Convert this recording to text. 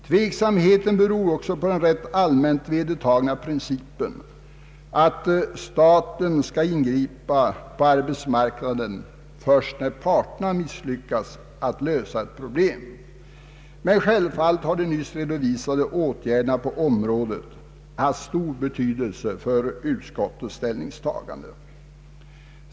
Tveksamheten beror också på den rätt allmänt vedertagna principen att staten skall ingripa på arbetsmarknaden först när parterna har misslyckats med att lösa ett problem. Självfallet har de nyss redovisade åtgärderna på området haft stor betydelse för utskottets ställningstagande.